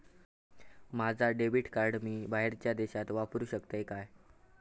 माझा debit card मी बाहेरच्या देशात वापरू शकतय काय?